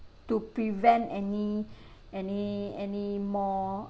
to prevent any any any more